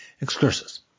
Excursus